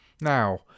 now